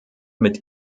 mit